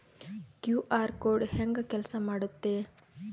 QR code ಹೆಂಗ ಕೆಲಸ ಮಾಡುತ್ತೆ?